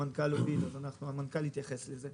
המנכ"ל יתייחס לזה.